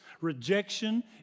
Rejection